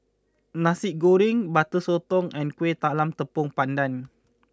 Nasi Goreng Butter Sotong and Kueh Talam Tepong Pandan